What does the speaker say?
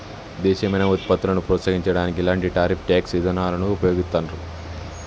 దేశీయమైన వుత్పత్తులను ప్రోత్సహించడానికి ఇలాంటి టారిఫ్ ట్యేక్స్ ఇదానాలను వుపయోగిత్తండ్రు